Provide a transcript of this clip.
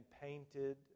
painted